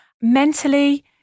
Mentally